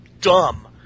dumb